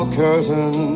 curtain